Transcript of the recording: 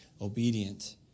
obedient